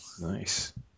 Nice